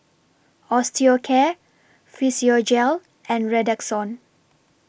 Osteocare Physiogel and Redoxon